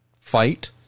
fight